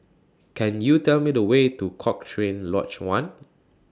Can YOU Tell Me The Way to Cochrane Lodge one